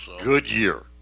Goodyear